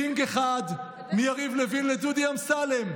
פינג אחד: מיריב לוין לדודי אמסלם,